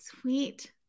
Sweet